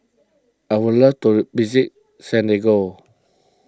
I would like to visit Santiago